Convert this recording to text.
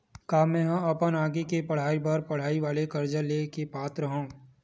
का मेंहा अपन आगे के पढई बर पढई वाले कर्जा ले के पात्र हव?